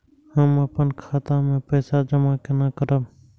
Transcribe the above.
हम अपन खाता मे पैसा जमा केना करब?